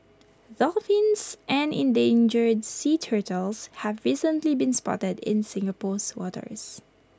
dolphins and endangered sea turtles have recently been spotted in Singapore's waters